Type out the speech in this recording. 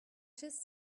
just